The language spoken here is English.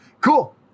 Cool